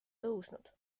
tõusnud